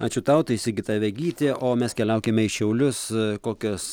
ačiū tau tai sigita vegytė o mes keliaukime į šiaulius kokios